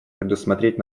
предусмотреть